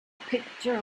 picture